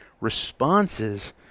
responses